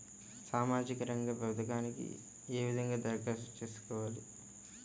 సామాజిక రంగ పథకాలకీ ఏ విధంగా ధరఖాస్తు చేయాలి?